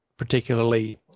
particularly